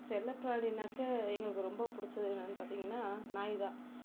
செல்லப்பிராணின்னாக்க எங்களுக்கு ரொம்ப பிடிச்சது என்னன்னு பார்த்திங்கன்னா நாய் தான்